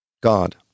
God